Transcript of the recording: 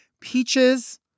peaches